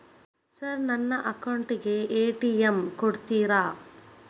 Sir ನನ್ನ account ಗೆ ATM ಕೊಡುತ್ತೇರಾ?